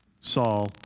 Saul